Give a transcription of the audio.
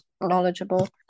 knowledgeable